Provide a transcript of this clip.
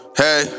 hey